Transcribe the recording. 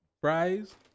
fries